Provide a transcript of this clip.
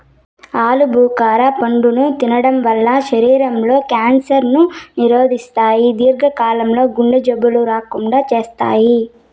ఆలు భుఖర పండును తినడం వల్ల శరీరం లో క్యాన్సర్ ను నిరోధిస్తాయి, దీర్ఘ కాలం లో గుండె జబ్బులు రాకుండా చేత్తాయి